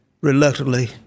reluctantly